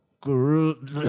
Groot